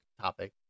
topic